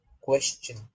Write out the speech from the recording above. question